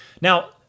Now